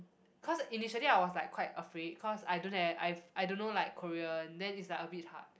cause initially I was like quite afraid cause I don't have I've I don't know like Korean then is like a bit hard